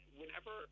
whenever